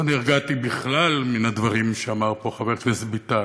לא נרגעתי בכלל מן הדברים שאמר פה חבר הכנסת ביטן,